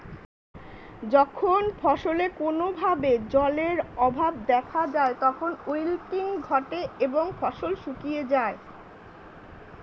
যখন ফসলে কোনো ভাবে জলের অভাব দেখা যায় তখন উইল্টিং ঘটে এবং ফসল শুকিয়ে যায়